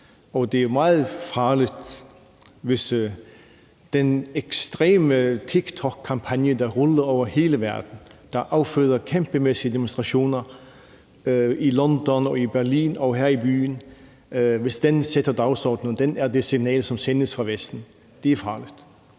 og det er meget farligt, hvis den ekstreme tiktokkampagne, der ruller over hele verden, og som afføder kæmpemæssige demonstrationer i London, i Berlin og her i byen, sætter dagsordenen, hvis det er det signal, der sendes fra Vesten. Det er farligt.